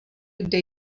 kde